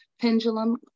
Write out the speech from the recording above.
pendulum